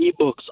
eBooks